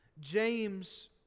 James